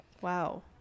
Wow